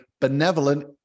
benevolent